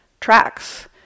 tracks